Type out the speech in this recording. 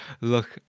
look